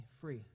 free